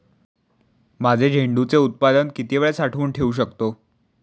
माझे झेंडूचे उत्पादन किती वेळ साठवून ठेवू शकतो?